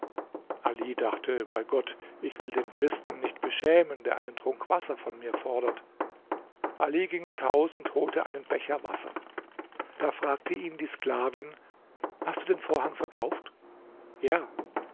ali dachte bei gott ich will den christen nicht beschämen der einen trunk wasser von mir fordert ali ging ins haus und holte einen becher wasser da fragte ihn die sklavin hast du den vorhang verkauft ja